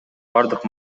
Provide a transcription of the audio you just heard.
бардык